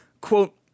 Quote